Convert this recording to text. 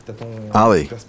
Ali